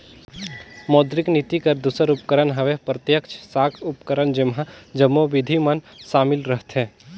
मौद्रिक नीति कर दूसर उपकरन हवे प्रत्यक्छ साख उपकरन जेम्हां जम्मो बिधि मन सामिल रहथें